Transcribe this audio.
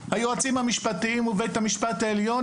היועצים המשפטיים ובית המשפט העליון,